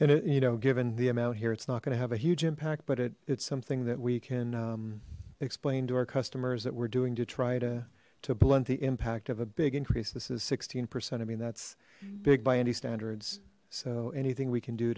and you know given the amount here it's not going to have a huge impact but it's something that we can explain to our customers that we're doing to try to to blunt the impact of a big increase this is sixteen percent i mean that's big by any standards so anything we can do